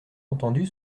entendu